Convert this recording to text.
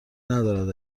ندارد